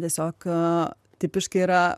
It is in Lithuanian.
tiesiog tipiškai yra